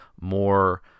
more